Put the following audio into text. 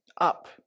up